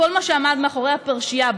כל מה שעמד מאחורי הפרשייה,